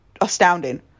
astounding